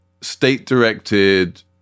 state-directed